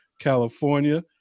California